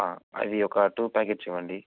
అది ఒక two packets ఇవ్వండి